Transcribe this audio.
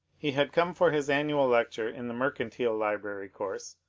he had come for his annual lecture in the mercantile library course,